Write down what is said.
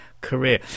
career